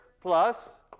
plus